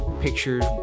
pictures